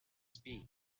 speed